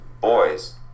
boys